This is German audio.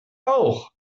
auch